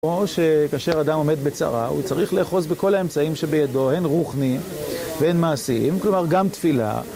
כאשר אדם עומד בצרה הוא צריך לאחוז בכל האמצעים שבידו, הן רוחניים והן מעשיים, כלומר גם תפילה